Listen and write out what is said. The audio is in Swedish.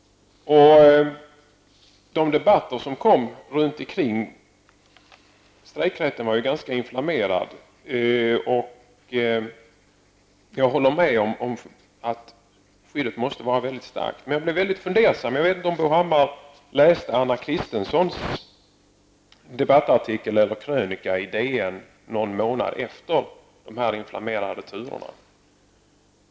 De debatter som fördes kring frågan om strejkrätten var ganska inflammerade. Jag håller med om att skyddet måste vara mycket starkt. Jag vet inte om Bo Hammar läste Anna Cristensen debattartikel i DN någon månad efter dessa inflammerade turer.